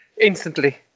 instantly